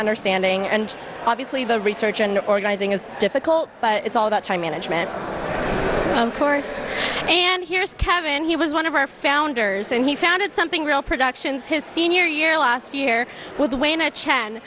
understanding and obviously the research and organizing is difficult but it's all about time management own course and here's kevin he was one of our founders and he founded something real productions his senior year last year with the way in a cha